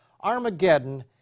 Armageddon